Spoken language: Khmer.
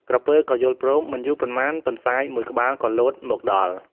ក្រពើក៏យល់ព្រម មិនយូរប៉ុន្មាន ទន្សាយមួយក្បាលក៏លោតមកដល់។